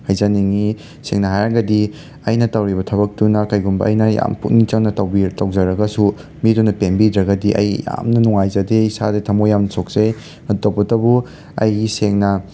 ꯍꯥꯏꯖꯅꯤꯡꯉꯤ ꯁꯦꯡꯅ ꯍꯥꯏꯔꯒꯗꯤ ꯑꯩꯅ ꯇꯧꯔꯤꯕ ꯊꯕꯛꯇꯨꯅ ꯀꯩꯒꯨꯝꯕ ꯑꯩꯅ ꯌꯥꯝ ꯄꯨꯛꯅꯤꯡ ꯆꯪꯅ ꯇꯧꯕꯤ ꯇꯧꯖꯔꯒꯁꯨ ꯃꯤꯗꯨꯅ ꯄꯦꯟꯕꯤꯗ꯭ꯔꯒꯗꯤ ꯑꯩ ꯌꯥꯝꯅ ꯅꯨꯡꯉꯥꯏꯖꯗꯦ ꯏꯁꯥꯖꯦ ꯊꯃꯣꯏ ꯌꯥꯝ ꯁꯣꯛꯆꯩ ꯇꯧꯕꯇꯕꯨ ꯑꯩꯒꯤ ꯁꯦꯡꯅ